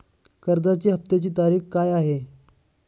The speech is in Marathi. कर्जाचा हफ्त्याची तारीख काय आहे?